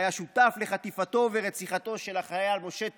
שהיה שותף לחטיפתו ורציחתו של החייל משה תמם,